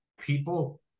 people